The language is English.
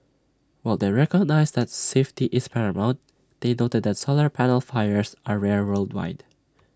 while they recognised that safety is paramount they noted that solar panel fires are rare worldwide